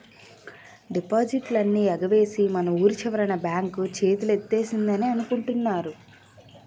డిపాజిట్లన్నీ ఎగవేసి మన వూరి చివరన ఉన్న బాంక్ చేతులెత్తేసిందని అనుకుంటున్నారు